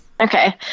Okay